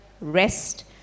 rest